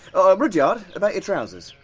oh, rudyard about your trousers.